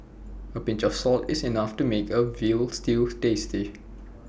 A pinch of salt is enough to make A Veal Stew tasty